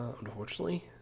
unfortunately